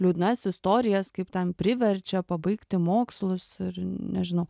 liūdnas istorijas kaip ten priverčia pabaigti mokslus ir nežinau